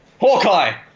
Hawkeye